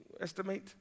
Estimate